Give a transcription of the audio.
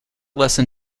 lesson